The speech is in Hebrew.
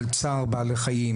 של צער בעלי חיים,